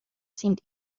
seemed